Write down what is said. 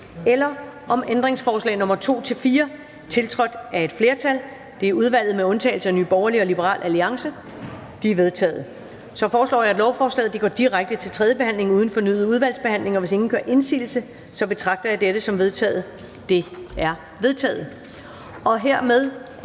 eller om ændringsforslag nr. 2-4, tiltrådt af et flertal (udvalget med undtagelse af NB og LA)? De er vedtaget. Jeg foreslår, at lovforslaget går direkte til tredje behandling uden fornyet udvalgsbehandling. Hvis ingen gør indsigelse, betragter jeg dette som vedtaget. Det er vedtaget.